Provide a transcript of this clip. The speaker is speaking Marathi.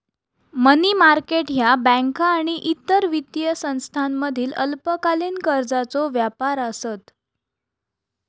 मनी मार्केट ह्या बँका आणि इतर वित्तीय संस्थांमधील अल्पकालीन कर्जाचो व्यापार आसत